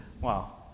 Wow